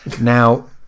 Now